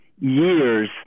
years